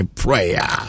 prayer